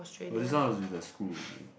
but this one was with the school